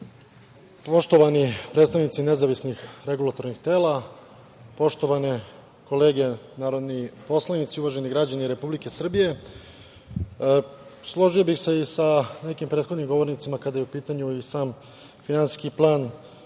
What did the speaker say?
predstavnici nezavisnih regulatornih tela, poštovane kolege narodni poslanici, uvaženi građani Republike Srbije, složio bih se i sa nekim prethodnim govornicima kada je u pitanju i sam Finansijski plan